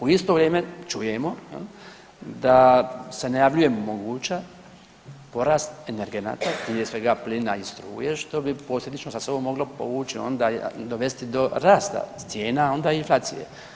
U isto vrijeme čujemo da se najavljuje moguća porast energenata, prije svega plina i struje, što bi posljedično sa sobom moglo povući onda i dovesti do rasta cijena, onda i inflacije.